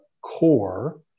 core